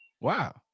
Wow